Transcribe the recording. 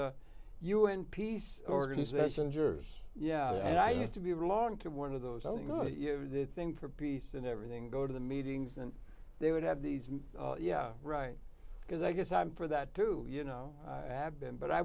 un peace organization gers yeah and i used to be along to one of those i think for peace and everything go to the meetings and they would have these yeah right because i guess i'm for that too you know i have been but i